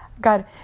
God